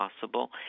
possible